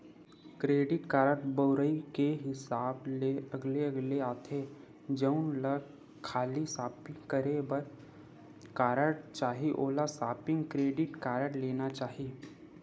credit card बउरई के हिसाब ले अलगे अलगे आथे, जउन ल खाली सॉपिंग करे बर कारड चाही ओला सॉपिंग क्रेडिट कारड लेना चाही